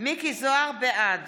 בעד